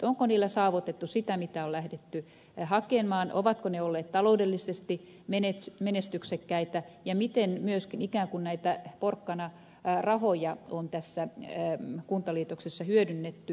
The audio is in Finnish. onko niillä saavutettu sitä mitä on lähdetty hakemaan ovatko ne olleet taloudellisesti menestyksekkäitä ja miten myöskin ikään kuin näitä porkkanarahoja on tässä kuntaliitoksessa hyödynnetty